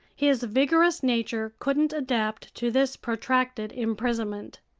his vigorous nature couldn't adapt to this protracted imprisonment.